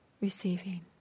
receiving